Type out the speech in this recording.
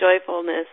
joyfulness